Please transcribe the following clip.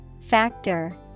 Factor